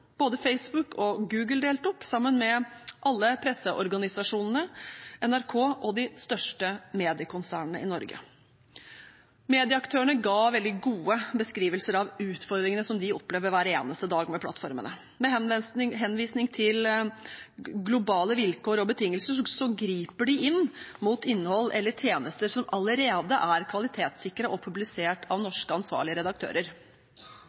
Både Facebook og Google deltok, sammen med alle presseorganisasjonene, NRK og de største mediekonsernene i Norge. Medieaktørene ga veldig gode beskrivelser av utfordringene som de opplever hver eneste dag med plattformene. Med henvisning til globale vilkår og betingelser griper de inn mot innhold eller tjenester som allerede er kvalitetssikret og publisert av norske ansvarlige redaktører.